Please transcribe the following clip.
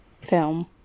film